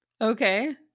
Okay